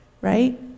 right